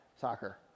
soccer